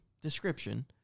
description